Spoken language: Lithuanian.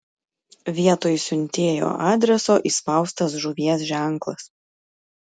vietoj siuntėjo adreso įspaustas žuvies ženklas